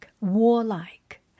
warlike